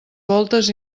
voltes